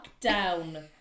lockdown